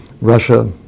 Russia